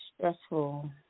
stressful